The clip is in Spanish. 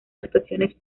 actuaciones